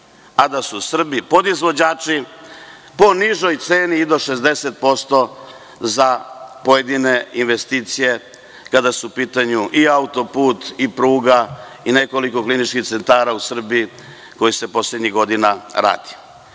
a Srbi su podizvođači po nižoj ceni i do 60% za pojedine investicije kada su u pitanju auto-put, pruga, nekoliko kliničkih centara u Srbiji koji se poslednjih godina rade.